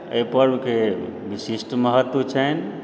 अय पर्वके विशिष्ट महत्व छनि